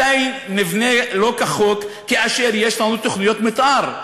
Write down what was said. מתי נבנה לא כחוק כאשר יש לנו תוכניות מתאר,